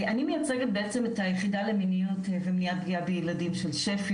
אני מייצגת בעצם את היחידה למיניות ומניעת פגיעה בילדים של שפ"י,